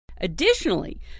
Additionally